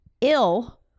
ill